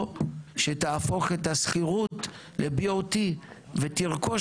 או שתהפוך את השכירות ל-BOT ותרכוש